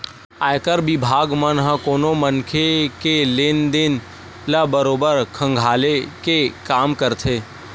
आयकर बिभाग मन ह कोनो मनखे के लेन देन ल बरोबर खंघाले के काम करथे